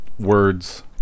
words